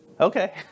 okay